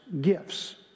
gifts